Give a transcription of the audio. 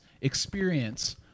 experience